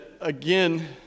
again